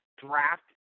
draft